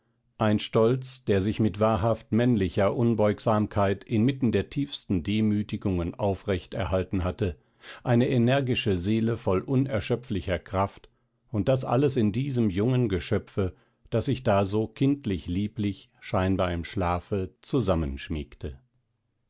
ein stolz der sich mit wahrhaft männlicher unbeugsamkeit inmitten der tiefsten demütigungen aufrecht erhalten hatte eine energische seele voll unerschöpflicher kraft und das alles in diesem jungen geschöpfe das sich da so kindlich lieblich scheinbar im schlafe